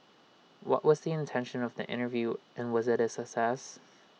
what was the intention of the interview and was IT A success